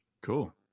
Cool